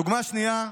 דוגמה שנייה,